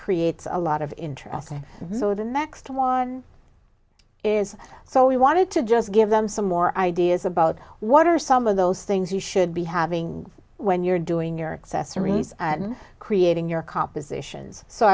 creates a lot of interesting so the next one is so we wanted to just give them some more ideas about what are some of those things you should be having when you're doing your excess arrays and creating your compositions so